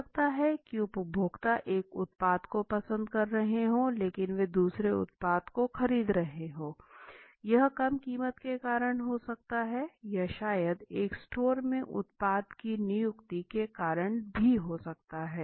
हो सकता है कि उपभोक्ता एक उत्पाद को पसंद कर रहे हों लेकिन वे दूसरे उत्पाद को खरीद रहे हों यह कम कीमत के कारण हो सकता है या शायद यह स्टोर में उत्पाद की नियुक्ति के कारण भी हो सकता है